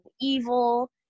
evil